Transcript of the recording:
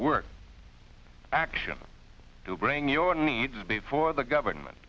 work action to bring your needs before the government